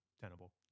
tenable